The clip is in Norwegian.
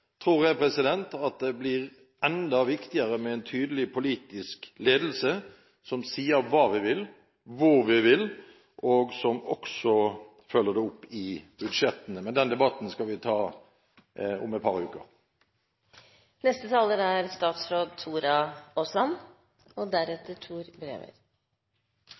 tror jeg at det blir enda viktigere med en tydelig politisk ledelse som sier hva vi vil, hvor vi vil, og som også følger det opp i budsjettene. Men den debatten skal vi ta om et par uker. For å si hva vi vil – vi vil ha utdanning av studenter med høy kvalitet. Og